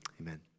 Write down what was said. Amen